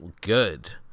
good